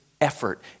effort